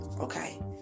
okay